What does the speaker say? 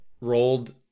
rolled